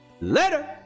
Later